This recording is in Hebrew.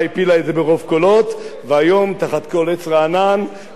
והיום תחת כל עץ רענן ומעל כל במה ראש הממשלה